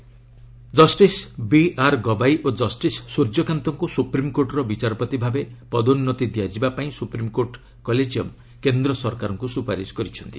SC collegium justice B ଗବାଇ Gavai justice ସ୍ୱର୍ଯ୍ୟକାନ୍ତଙ୍କ ସ୍ୱପ୍ରିମ୍କୋର୍ଟର ବିଚାରପତି ଭାବେ ପଦୋନ୍ତି ଦିଆଯିବା ପାଇଁ ସ୍ୱପ୍ରିମ୍କୋର୍ଟ୍ କଲେଜିୟମ୍ କେନ୍ଦ ସରକାରଙ୍କ ସ୍ୱପାରିଶ କରିଛନ୍ତି